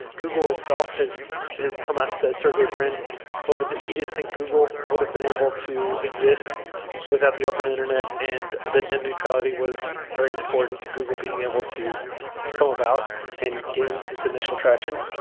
google itself has has come out and said sergey brin quoted that he didn't google would have been able to exist without the open internet and that net neutrality was very important to google being able to come about and gain its initial traction.